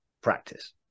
practice